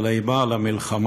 אבל "המה למלחמה".